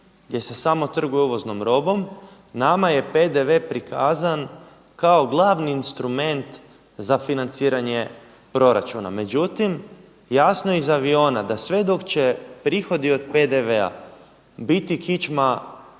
gdje se samo trguje uvoznom robom, nama je PDV prikazan kao glavni instrument za financiranje proračuna. Međutim, jasno je iz aviona da sve dok će prihodi od PDV-a biti kičma